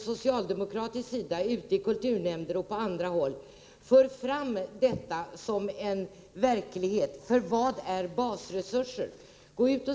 Socialdemokrater i kulturnämnder och på andra håll för fram detta såsom en verklighet. Vad är då basresurser?